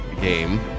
game